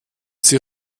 hier